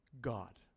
God